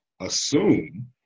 assume